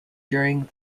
during